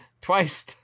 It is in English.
Twice